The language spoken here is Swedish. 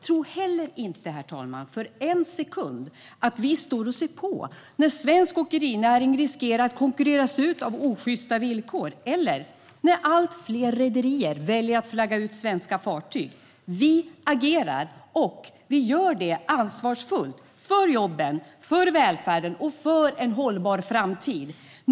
Tro heller inte för en sekund att vi står och ser på när svensk åkerinäring riskerar att konkurreras ut med osjysta villkor eller när allt fler rederier väljer att flagga ut svenska fartyg. Vi agerar, och vi gör det ansvarsfullt - för jobben, för välfärden och för en hållbar framtid.